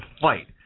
fight